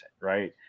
right